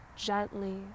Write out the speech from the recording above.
gently